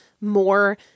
more